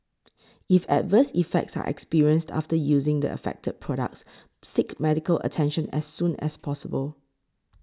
if adverse effects are experienced after using the affected products seek medical attention as soon as possible